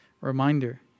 reminder